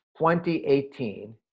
2018